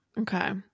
Okay